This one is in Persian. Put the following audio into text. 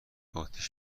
آتیش